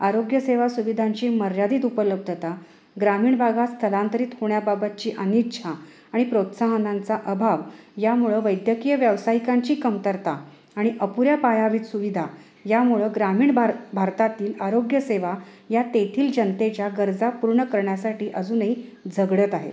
आरोग्यसेवा सुविधांची मर्यादित उपलब्धता ग्रामीण भागात स्थलांतरित होण्याबाबतची अनिच्छा आणि प्रोत्साहनांचा अभाव यामुळं वैद्यकीय व्यावसायिकांची कमतरता आणि अपुऱ्या पायाभूत सुविधा यामुळं ग्रामीण भार भारतातील आरोग्यसेवा या तेथील जनतेच्या गरजा पूर्ण करण्यासाठी अजूनही झगडत आहेत